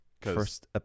First